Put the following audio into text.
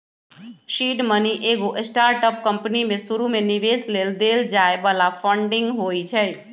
seed money एगो startup company में शुरुमे निवेश लेल देल जाय बला फंडिंग होइ छइ